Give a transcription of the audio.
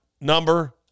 number